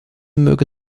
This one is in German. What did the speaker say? möge